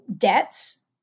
debts